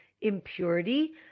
impurity